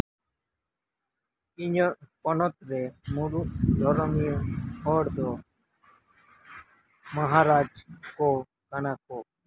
ᱤᱧᱟᱹᱜ ᱯᱚᱱᱚᱛ ᱨᱮ ᱢᱩᱬᱩᱫ ᱫᱷᱚᱨᱚᱢ ᱨᱮᱱ ᱦᱚᱲ ᱫᱚ ᱢᱟᱦᱟᱨᱟᱡ ᱠᱚ ᱠᱟᱱᱟ ᱠᱚ